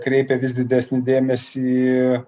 kreipė vis didesnį dėmesį